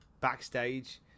backstage